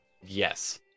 Yes